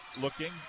looking